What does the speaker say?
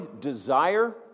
desire